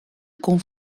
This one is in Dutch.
kon